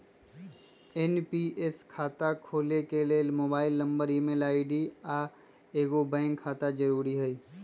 NPS खता खोले के लेल मोबाइल नंबर, ईमेल आई.डी, आऽ एगो बैंक खता जरुरी हइ